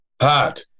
Pat